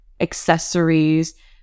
accessories